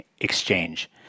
exchange